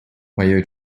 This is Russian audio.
мое